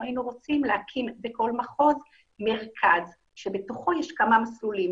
היינו רוצים להקים בכל מחוז מרכז שבתוכו יש כמה מסלולים,